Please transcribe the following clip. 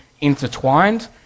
intertwined